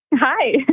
Hi